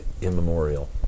immemorial